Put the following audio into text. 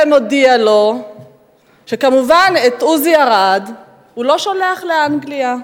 והוא מודיע לו שכמובן את עוזי ארד הוא לא שולח לאנגליה.